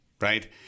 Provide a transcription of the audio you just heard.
right